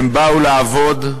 הם באו לעבוד,